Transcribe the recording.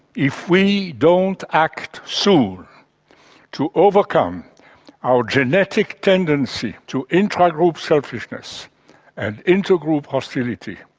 if we don't act soon to overcome our genetic tendency to intragroup selfishness and intergroup hostility,